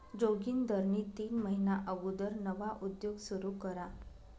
जोगिंदरनी तीन महिना अगुदर नवा उद्योग सुरू करा